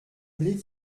blé